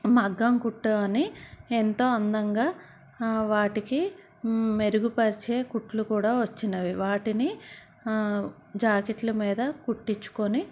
మగ్గం కుట్టు అని ఎంతో అందంగా వాటికి మెరుగుపరిచే కుట్లు కూడా వచ్చినవి వాటిని జాకెట్ల మీద కుట్టించుకొని